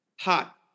Hot